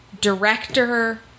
director